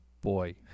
boy